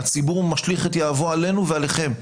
הציבור משליך את יהבו עלינו ועליכם.